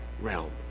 realm